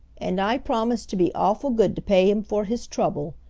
and i promised to be awful good to pay him for his trouble,